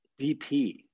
DP